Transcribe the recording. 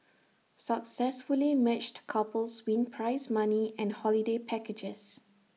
successfully matched couples win prize money and holiday packages